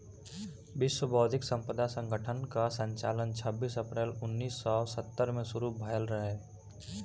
विश्व बौद्धिक संपदा संगठन कअ संचालन छबीस अप्रैल उन्नीस सौ सत्तर से शुरू भयल रहे